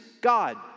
God